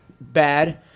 bad